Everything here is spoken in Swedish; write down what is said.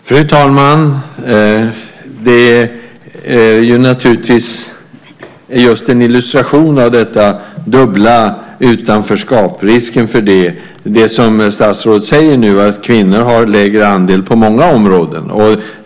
Fru talman! Det som statsrådet säger nu är en illustration av risken för detta dubbla utanförskap. Kvinnor har lägre andel på många områden.